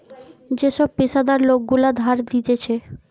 যে সব পেশাদার লোক গুলা ধার দিতেছে